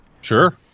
Sure